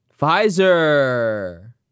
Pfizer